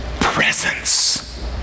presence